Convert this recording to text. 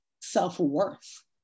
self-worth